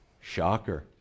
Shocker